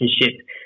relationship